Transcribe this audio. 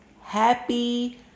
happy